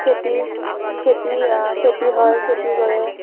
খেতি খেতি খেতি হয় খেতি কৰে